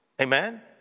Amen